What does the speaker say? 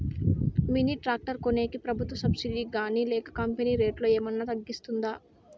Mini tractor కొనేకి ప్రభుత్వ subsidy గాని లేక కంపెని రేటులో ఏమన్నా తగ్గిస్తుందా?